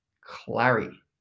Clary